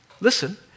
listen